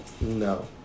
No